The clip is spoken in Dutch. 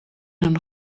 een